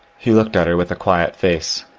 he looked at her with a quiet face,